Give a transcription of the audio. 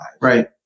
Right